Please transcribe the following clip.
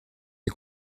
est